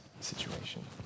situation